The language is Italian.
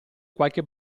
qualche